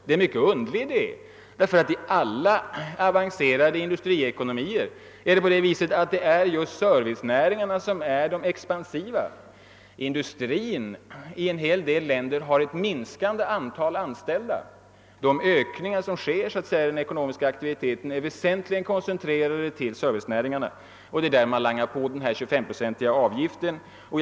Det är mycket underligt, ty i alla avancerade industriekonomier är det just servicenäringarna som är de expansiva. Industrin i en hel del länder har ett minskande antal anställda. De ökningar som sker i den ekonomiska aktiviteten är väsentligen koncentrerade till servicenäringarna. Det är just dessa som herr Sträng belastar med en 25-procentig investeringsavgift.